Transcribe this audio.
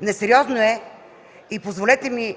Несериозно е и позволете ми